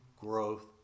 growth